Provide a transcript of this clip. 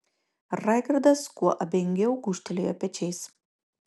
raigardas kuo abejingiau gūžtelėjo pečiais